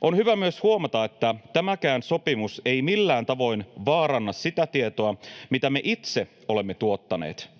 On hyvä myös huomata, että tämäkään sopimus ei millään tavoin vaaranna sitä tietoa, mitä me itse olemme tuottaneet.